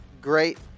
great